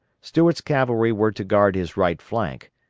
stuart's cavalry were to guard his right flank,